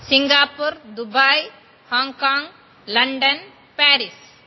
Singapore Dubai Hong Kong London Paris